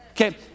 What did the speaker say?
Okay